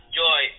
joy